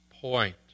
point